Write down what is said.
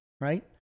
right